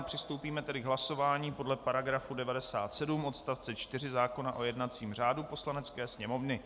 Přistoupíme tedy k hlasování podle § 97 odst. 4 zákona o jednacím řádu Poslanecké sněmovny.